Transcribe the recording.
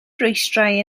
rhwystrau